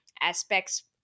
aspects